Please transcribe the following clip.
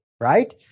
right